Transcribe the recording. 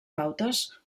pautes